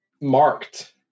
marked